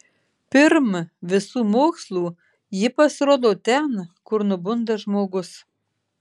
pirm visų mokslų ji pasirodo ten kur nubunda žmogus